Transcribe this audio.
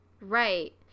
Right